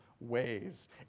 ways